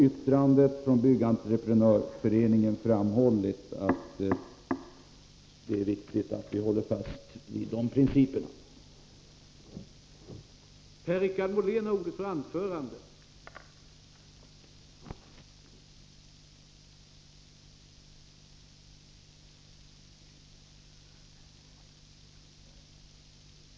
Jag tror att det är viktigt att vi håller fast vid dessa principer, vilket också ling